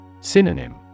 Synonym